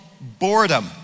boredom